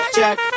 Check